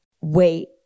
Wait